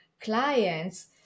clients